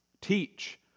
Teach